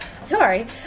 Sorry